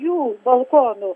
jų balkonų